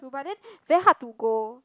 but then very hard to go